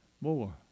more